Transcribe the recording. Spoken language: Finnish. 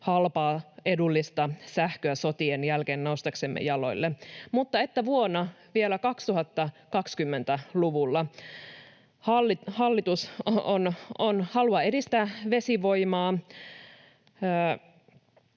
halpaa, edullista sähköä sotien jälkeen noustaksemme jaloillemme — mutta että vielä 2020-luvulla hallitus haluaa edistää vesivoimaa.